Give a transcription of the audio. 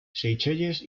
seychelles